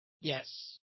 Yes